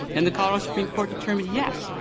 and the colorado supreme court determined yes,